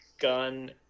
gun